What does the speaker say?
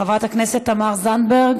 חברת הכנסת תמר זנדברג,